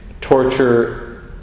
torture